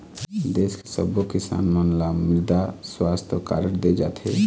देस के सब्बो किसान मन ल मृदा सुवास्थ कारड दे जाथे